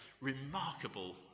remarkable